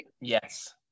yes